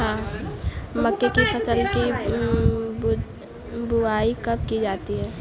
मक्के की फसल की बुआई कब की जाती है?